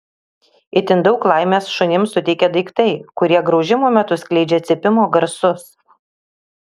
itin daug laimės šunims suteikia daiktai kurie graužimo metu skleidžia cypimo garsus